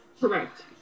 Correct